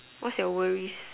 what's your worries